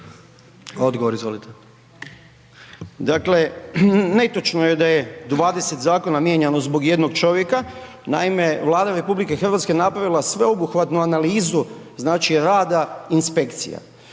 Darko** Dakle, netočno je da je 10 zakona mijenjano zbog jednog čovjeka. Naime, Vlada RH je napravila sveobuhvatnu analizu znači rada inspekcija